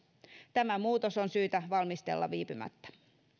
tämä muutos on syytä valmistella viipymättä